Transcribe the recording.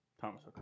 Thomas